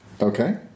Okay